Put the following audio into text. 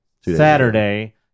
Saturday